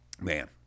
man